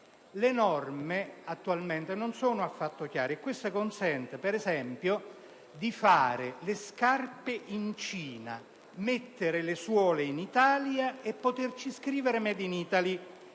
Le norme attualmente non sono affatto chiare e questo consente, per esempio, di fabbricare le scarpe in Cina, mettere le suole in Italia e poterci scrivere *made in Italy*